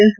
S